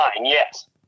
yes